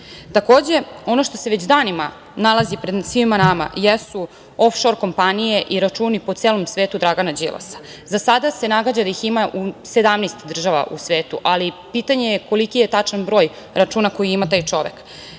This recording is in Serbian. ovde. Takođe, ono što se već danima nalazi pred svima nama jesu ofšor kompanije i računi po celom svetu Dragana Đilasa. Za sada se nagađa da ih ima u 17 država u svetu, ali pitanje je koliki je tačan broj računa koji ima taj čovek. Videli